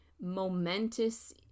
momentous